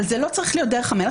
אבל זה לא צריך להיות דרך המלך.